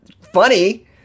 funny